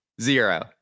Zero